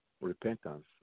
repentance